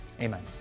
Amen